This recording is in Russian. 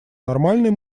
нормальной